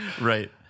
Right